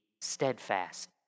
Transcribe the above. steadfast